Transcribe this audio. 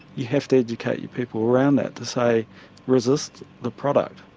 you have to educate your people around that to say resist the product,